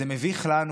זה מביך בשבילנו,